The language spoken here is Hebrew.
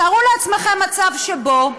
תארו לעצמכם מצב שבו,